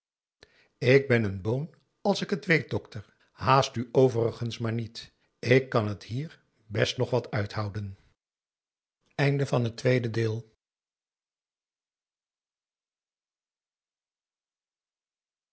ik ben een boon als ik het weet dokter haast u overigens maar niet ik kan het hier best nog wat uithouden